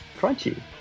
crunchy